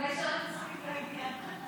קיש אחרי סעיף 1 לא נתקבלה.